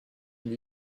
lui